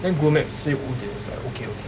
then Google Map say 五点 is like okay okay